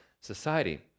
society